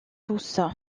tous